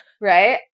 right